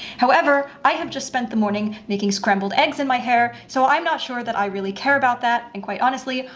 however, i have just spent the morning making scrambled eggs in my hair, so i'm not sure that i really care about that, and quite honestly,